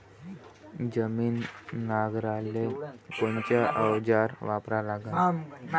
जमीन नांगराले कोनचं अवजार वापरा लागन?